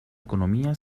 economía